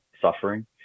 suffering